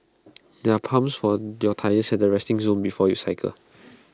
there are pumps for their tyres at the resting zone before you cycle